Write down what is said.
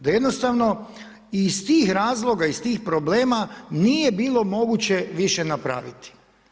Da jednostavno iz tih razloga, iz tih problema nije bilo moguće više napraviti.